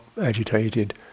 agitated